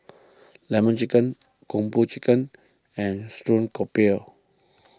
Lemon Chicken Kung Po Chicken and Stream Grouper